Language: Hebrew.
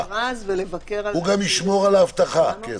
הוא גם ישמור על האבטחה, כן.